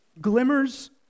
glimmers